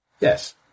Yes